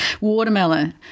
Watermelon